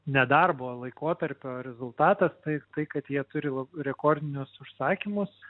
nedarbo laikotarpio rezultatas tai tai kad jie turi rekordinius užsakymus